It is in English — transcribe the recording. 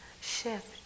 shift